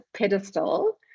pedestal